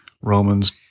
Romans